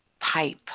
pipe